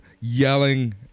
yelling